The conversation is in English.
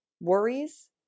worries